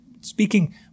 speaking